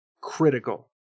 critical